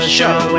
show